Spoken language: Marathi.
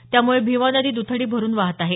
त्यामुळे भीमा नदी दथडी भरून वाहत आहे